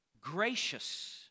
gracious